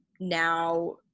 now